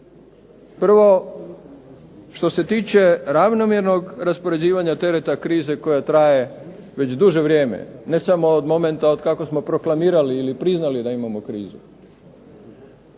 Prvo, što se tiče ravnomjernog raspoređivanja tereta krize koja traje već duže vrijeme ne samo od momenta od kako smo proklamirali ili priznali da imamo krizu.